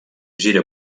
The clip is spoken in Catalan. gira